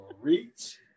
reach